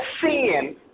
sin